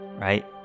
right